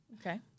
Okay